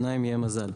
שנה אם יהיה מזל.